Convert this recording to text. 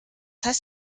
heißt